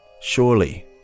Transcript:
Surely